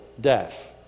death